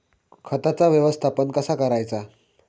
खताचा व्यवस्थापन कसा करायचा?